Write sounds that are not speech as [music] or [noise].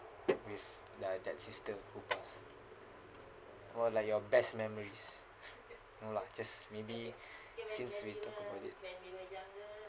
with like that sister who passed or like your best memories [noise] you know lah just maybe [breath] since we talked about it